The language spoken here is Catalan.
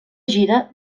gira